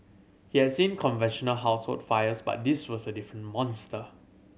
he had seen conventional household fires but this was a different monster